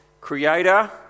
Creator